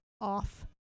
off